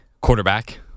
quarterback